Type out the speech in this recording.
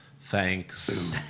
Thanks